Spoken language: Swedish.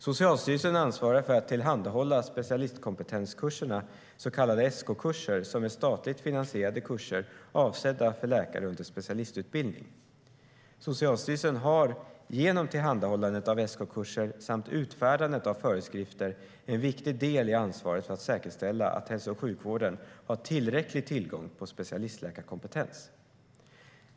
Socialstyrelsen ansvarar för att tillhandahålla specialistkompetenskurserna, så kallade SK-kurser, som är statligt finansierade kurser avsedda för läkare under specialistutbildning. Socialstyrelsen har genom tillhandhållandet av SK-kurser samt utfärdandet av föreskrifter en viktig del i ansvaret för att säkerställa att hälso och sjukvården har tillräcklig tillgång på specialistläkarkompetens.